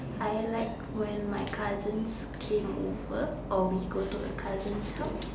I like when my cousins came over or we go to a cousin's house